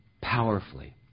powerfully